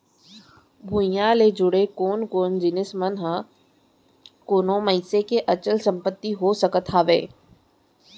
भूइयां ले जुड़े कोन कोन जिनिस मन ह कोनो मनसे के अचल संपत्ति हो सकत हवय?